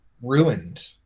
ruined